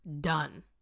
done